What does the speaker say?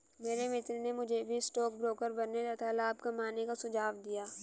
मेरे मित्र ने मुझे भी स्टॉक ब्रोकर बनने तथा लाभ कमाने का सुझाव दिया